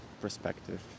perspective